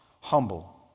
humble